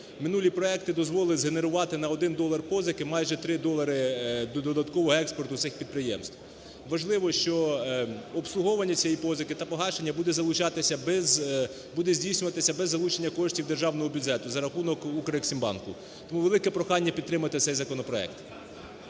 Минулі проекти дозволять згенерувати на 1 долар позики майже 3 долари додаткового експорту цих підприємств. Важливо, що обслуговування цієї позики та погашення буде залучатися без… буде здійснюватися без залучення коштів державного бюджету за рахунок "Укрексімбанку". Тому велике прохання підтримати цей законопроект.